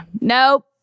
Nope